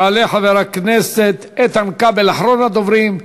יעלה חבר הכנסת איתן כבל, אחרון הדוברים.